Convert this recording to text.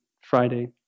Friday